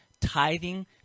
tithing